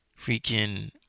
freaking